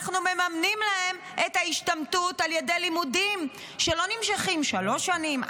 אנחנו מממנים להם את ההשתמטות על ידי לימודים שלא נמשכים שלוש שנים,